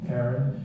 Karen